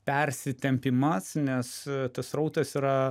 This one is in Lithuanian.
persitempimas nes tas srautas yra